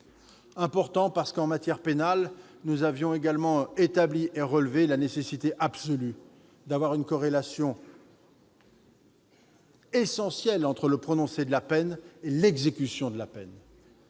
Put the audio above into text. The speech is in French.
était importante, parce qu'en matière pénale, nous avions également relevé la nécessité absolue d'une corrélation essentielle entre le prononcé de la peine et son exécution. Elle